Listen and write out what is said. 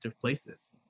places